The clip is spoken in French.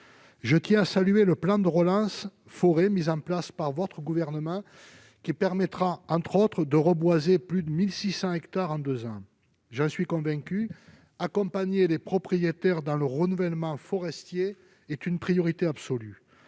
le volet forestier du plan de relance mis en place par le Gouvernement, qui permettra, entre autres, de reboiser plus de 1 600 hectares en deux ans. J'en suis convaincu, accompagner les propriétaires dans le renouvellement forestier est une priorité absolue.